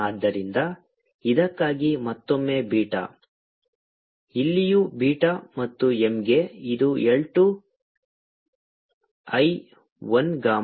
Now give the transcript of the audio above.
ಮತ್ತು ಇದಕ್ಕಾಗಿ ಮತ್ತೊಮ್ಮೆ ಬೀಟಾ ಇಲ್ಲಿಯೂ ಬೀಟಾ ಮತ್ತು M ಗೆ ಇದು L 2 I 1 ಗಾಮಾ